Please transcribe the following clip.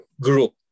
group